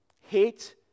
hate